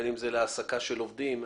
בין אם זה להעסקת עובדים וכולי.